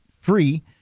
free